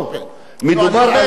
בשביל זה אני לוקח את זה לאבסורד.